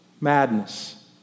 madness